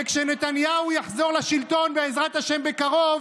וכשנתניהו יחזור לשלטון, בעזרת השם, בקרוב,